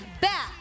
back